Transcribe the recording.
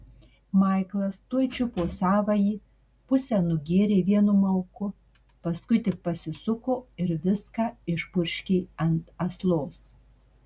maiklas tuoj čiupo savąjį pusę nugėrė vienu mauku paskui tik pasisuko ir viską išpurškė ant aslos